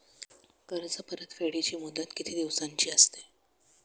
कर्ज परतफेडीची मुदत किती दिवसांची असते?